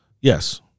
Yes